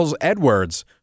Edwards